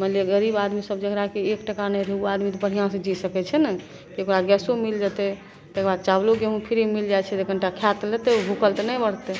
मानि लिअऽ गरीब आदमीसभ जकरा कि एक टका नहि रहै ओ बढ़िआँसे जी सकै छै ने ताहिके बाद गैसो मिलि जएतै ताहिके बाद चावलो गेहूँ फ्रीमे मिलि जाइ छै तऽ कनिटा खै तऽ लेतै भुखल तऽ नहि मरतै